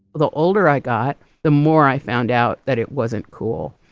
the older i got, the more i found out that it wasn't cool.